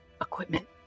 equipment